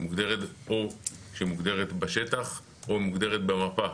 שמוגדרת בשטח או במפה.